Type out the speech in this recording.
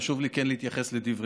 וכן חשוב לי להתייחס לדבריהם.